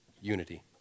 unity